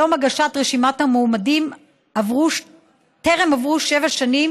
וביום הגשת המועמדות טרם עברו שבע שנים